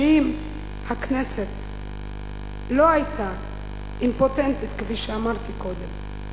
שאם הכנסת לא היתה אימפוטנטית, כפי שאמרתי קודם,